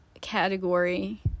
category